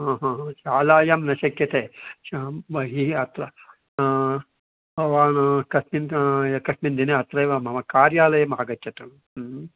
शालायां न शक्यते बहिः अत्र भवान् कस्मिन् कस्मिन् दिने अत्रैव मम कार्यालयम् आगच्छतु